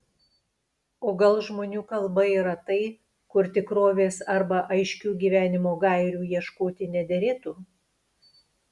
o gal žmonių kalba yra tai kur tikrovės arba aiškių gyvenimo gairių ieškoti nederėtų